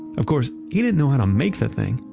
of course, he didn't know how to make the thing,